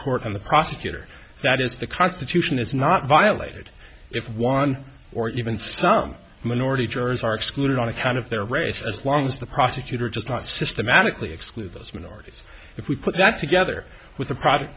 court and the prosecutor that is the constitution is not violated if one or even some minority jurors are excluded on account of their race as long as the prosecutor just not systematically exclude those minorities if we put that together with the product